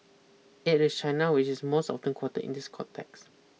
it is China which is most often quote in this context